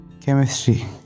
Chemistry